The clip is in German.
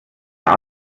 ist